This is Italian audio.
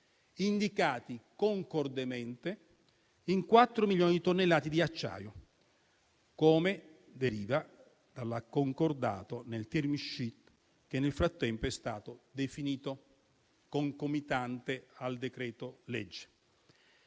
indicati concordemente in 4 milioni di tonnellate di acciaio, come deriva dal concordato nel *term sheet*, che nel frattempo è stato definito concomitante al decreto-legge.